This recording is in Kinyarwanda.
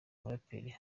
muraperi